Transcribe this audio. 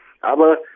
Aber